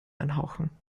einhauchen